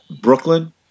brooklyn